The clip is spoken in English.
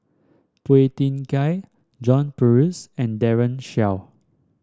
Phua Thin Kiay John Purvis and Daren Shiau